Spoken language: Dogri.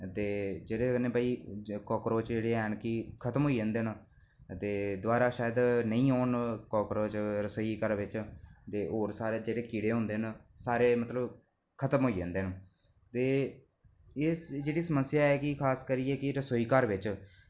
जेह्ड़े न भई काक्रोच न भई खत्म होई जंदे न दोबारै शैद नेईं औन काक्रोच रसोई घर बिच ते होर सारे जेह्ड़े कीड़े होंदे न सारे मतलब खत्म होई जंदे न ते एह् जेह्ड़ी समस्या ऐ की खास करियै की रसोई घर बिच